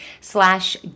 slash